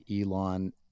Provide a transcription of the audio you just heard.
Elon